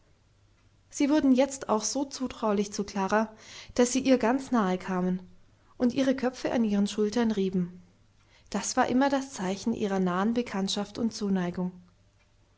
sie wurden jetzt auch so zutraulich zu klara daß sie ihr ganz nahe kamen und ihre köpfe an ihren schultern rieben das war immer das zeichen ihrer nahen bekanntschaft und zuneigung